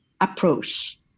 approach